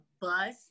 bus